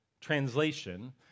translation